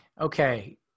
Okay